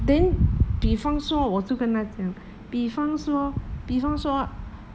then 比方说我就跟她讲比方说比方说